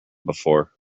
before